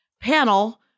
panel